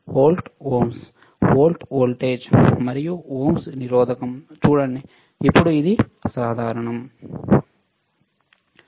volt ohms volt voltage మరియు ohms నిరోధకం చూడండి అప్పుడు ఇది సాధారణం